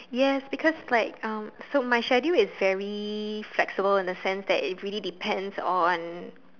yes because like uh so my schedule is very flexible in a sense that it really depends on